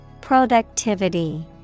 Productivity